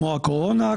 כמו הקורונה,